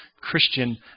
Christian